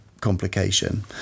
complication